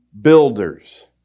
builders